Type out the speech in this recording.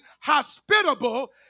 hospitable